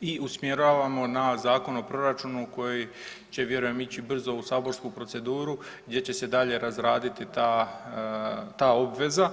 i usmjeravamo na Zakon o proračun koji će vjerujem ići brzo u saborsku proceduru gdje će se dalje razraditi ta ta obveza.